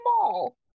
small